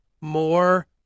more